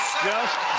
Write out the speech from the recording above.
just